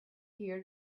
heard